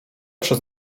przez